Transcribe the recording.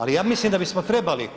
Ali ja mislim da bismo trebali